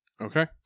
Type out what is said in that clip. Okay